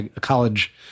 college